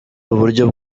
uburyo